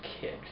kid